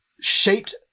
shaped